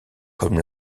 comme